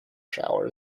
shower